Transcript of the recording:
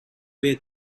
way